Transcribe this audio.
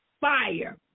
fire